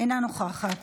אינה נוכחת,